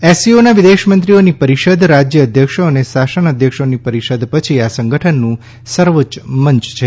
એસસીઓના વિદેશમંત્રીઓની પરિષદ રાજય અધ્યક્ષી અને શાસનઅધ્યક્ષીની પરિષદ પછી આ સંગઠનનું સર્વોચ્ચ મંચ છે